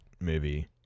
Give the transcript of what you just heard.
movie